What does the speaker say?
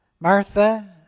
Martha